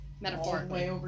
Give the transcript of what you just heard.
Metaphorically